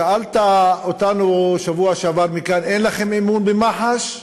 שאלת אותנו בשבוע שעבר מכאן: אין לכם אמון במח"ש?